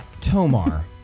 Tomar